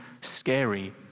scary